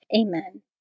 Amen